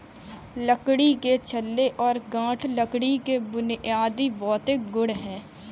लकड़ी के छल्ले और गांठ लकड़ी के बुनियादी भौतिक गुण हैं